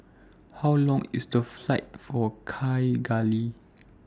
How Long IS The Flight to Kigali